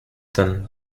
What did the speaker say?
then